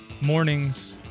mornings